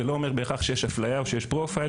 זה לא אומר שיש אפליה או שיש "פרופיילינג",